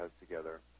together